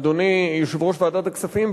אדוני יושב-ראש ועדת הכספים,